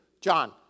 John